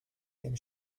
dem